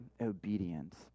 obedience